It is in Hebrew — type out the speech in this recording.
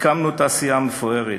הקמנו תעשייה מפוארת,